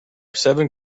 seven